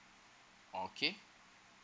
okay